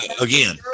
again